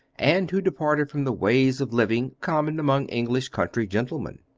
and who departed from the ways of living common among english country gentlemen.